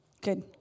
Good